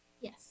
Yes